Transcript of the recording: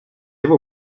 его